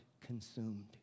consumed